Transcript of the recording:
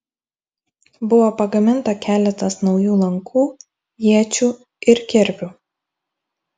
buvo pagaminta keletas naujų lankų iečių ir kirvių